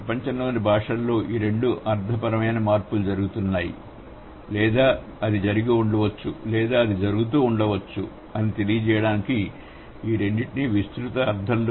ప్రపంచంలోని భాషలలో ఈ రెండు అర్థపరమైన మార్పులు జరుగుతున్నాయని లేదా అది జరిగి ఉండవచ్చు లేదా అది జరుగుతూ ఉండవచ్చు అని తెలియజేయడానికి ఈ రెండింటిని విస్తృత అర్థంలో